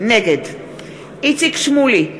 נגד איציק שמולי,